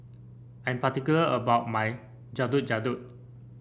I'm particular about my Getuk Getuk